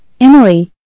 Emily